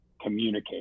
communicate